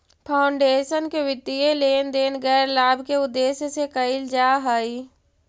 foundation के वित्तीय लेन देन गैर लाभ के उद्देश्य से कईल जा हई